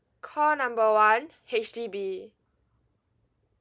call number one H_D_B